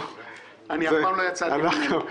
אף פעם לא יצאתי ממנו.